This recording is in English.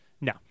No